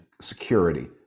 security